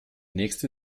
nächste